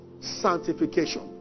sanctification